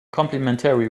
complimentary